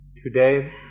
Today